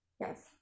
yes